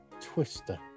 Twister